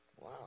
wow